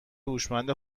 هوشمند